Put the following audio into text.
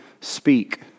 speak